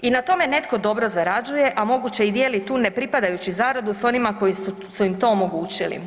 I na tome netko dobro zarađuje, a moguće i dijeli tu ne pripadajuću zaradu s onima koji su im to omogućili.